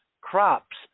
crops